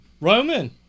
Roman